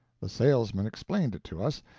the salesman explained it to us,